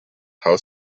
haus